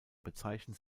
bezeichnen